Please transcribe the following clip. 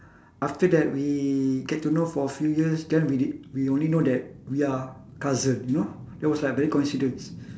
after that we get to know for a few years then we did we only know that we are cousin you know that was like very coincidence